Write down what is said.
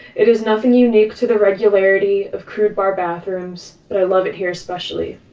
it is nothing unique to the regularity of crude bar bathrooms, but i love it here especially.